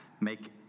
make